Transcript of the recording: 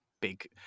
big